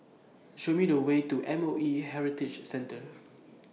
Show Me The Way to M O E Heritage Centre